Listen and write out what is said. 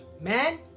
Man